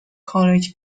college